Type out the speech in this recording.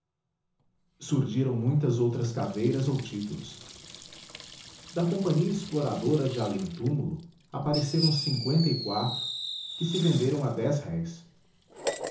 surdiram muitas outras caveiras ou títulos da companhia exploradora de além túmulo apareceram cinqüenta e quatro que se venderam a dez réis